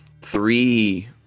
three